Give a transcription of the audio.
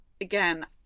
again